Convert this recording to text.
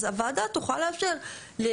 אז הוועדה תוכל לאשר את,